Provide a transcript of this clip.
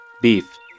Beef